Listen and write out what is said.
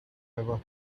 ever